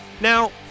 Now